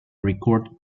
record